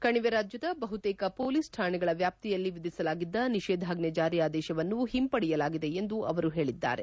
ಕಣಿವೆ ರಾಜ್ದದ ಬಹುತೇಕ ಪೊಲೀಸ್ ಠಾಣೆಗಳ ವ್ಯಾಪ್ತಿಯಲ್ಲಿ ವಿಧಿಸಲಾಗಿದ್ದ ನಿಷೇಧಾಜ್ಞೆ ಜಾರಿ ಆದೇಶವನ್ನು ಹಿಂಪಡೆಯಲಾಗಿದೆ ಎಂದು ಅವರು ಹೇಳಿದ್ದಾರೆ